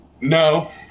No